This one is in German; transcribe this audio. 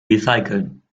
recyceln